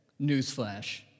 Newsflash